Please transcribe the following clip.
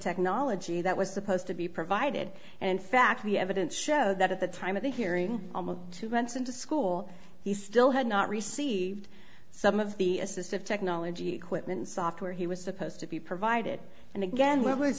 technology that was supposed to be provided and in fact the evidence show that at the time of the hearing almost two months into school he still had not received some of the assistive technology equipment software he was supposed to be provided and again where was